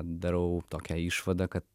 darau tokią išvadą kad